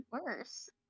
worse